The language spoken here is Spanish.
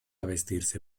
vestirse